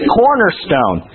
cornerstone